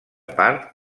part